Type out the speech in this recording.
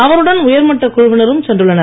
அவருடன் உயர்மட்டக் குழுவினரும் சென்றுள்ளனர்